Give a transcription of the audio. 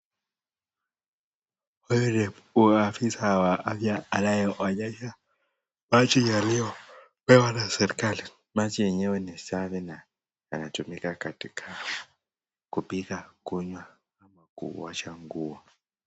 Huyu ni afisa wa afya anayeonyesha maji yaliyopewa na serikali, maji yenye ni safi na yanatumika katika kupika, kunywa ama kuosha nguo.